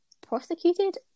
prosecuted